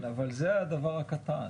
כן אבל זה הדבר הקטן.